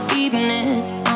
evening